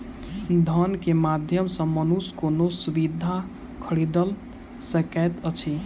धन के माध्यम सॅ मनुष्य कोनो सुविधा खरीदल सकैत अछि